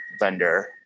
vendor